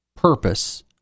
Purpose